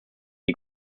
die